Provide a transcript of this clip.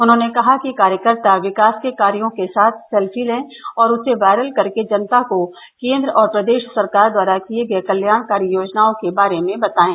उन्होंने कहा कि कार्यकर्ता विकास के कार्यों के साथ सेल्फी लें और उसे वायरल कर के जनता को केन्द्र और प्रदेष सरकार द्वारा किये गये कल्याणकारी योजनाओं के बारे में बतायें